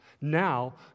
Now